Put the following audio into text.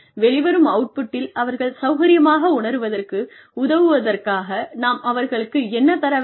வெளிவரும் அவுட்புட்டில் அவர்கள் சௌகரியமாக உணருவதற்கு உதவுவதற்காக நாம் அவர்களுக்கு என்ன தர வேண்டும்